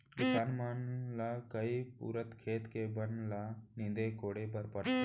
किसान मन ल कई पुरूत खेत के बन ल नींदे कोड़े बर परथे